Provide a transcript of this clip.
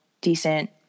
decent